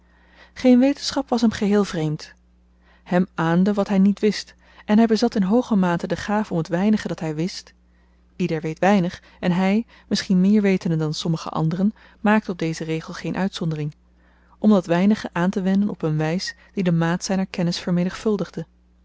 geen wetenschap was hem geheel vreemd hem ahnde wat hy niet wist en hy bezat in hooge mate de gaaf om t weinige dat hy wist ieder weet weinig en hy misschien meer wetende dan sommige anderen maakte op dezen regel geen uitzondering om dat weinige aantewenden op een wys die de maat zyner kennis vermenigvuldigde